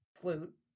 flute